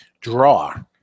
draw